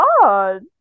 god